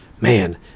man